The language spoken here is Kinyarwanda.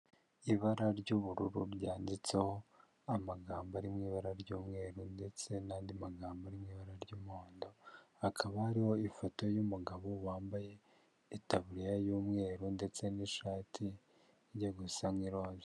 Ibara ry'ubururu ryanditseho amagambo ari mu ibara ry'umweru ndetse n'andi magambo ari mu ibara ry'umuhondo, hakaba hariho ifoto y'umugabo wambaye itaburiya y'umweru ndetse n'ishati igiye gusa nk'iroza.